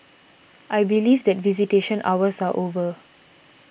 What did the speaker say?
I believe that visitation hours are over